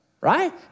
Right